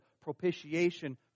propitiation